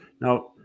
Now